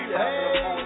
hey